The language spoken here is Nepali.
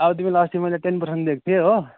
अब तिमीलाई अस्ति टेन पर्सेन्ट दिएको थिएँ हो